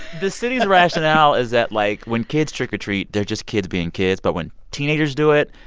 the city's rationale is that, like, when kids trick-or-treat, they're just kids being kids. but when teenagers do it,